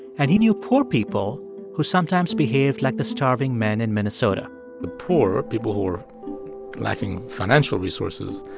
and he knew poor people who sometimes behaved like the starving men in minnesota the poor, people who are lacking financial resources,